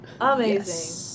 Amazing